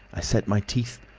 i set my teeth,